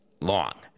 long